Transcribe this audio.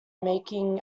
making